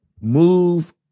move